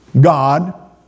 God